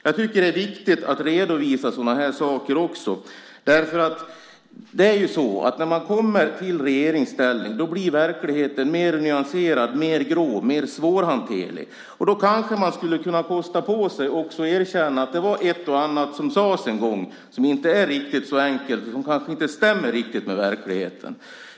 Jag tycker att det är viktigt att redovisa sådana saker också. När man kommer i regeringsställning blir verkligheten mer nyanserad, mer grå och mer svårhanterlig. Och då kanske man skulle kunna kosta på sig att erkänna att det var ett och annat som sades en gång som inte är riktigt så enkelt och som kanske inte stämmer riktigt med verkligheten.